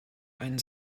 einen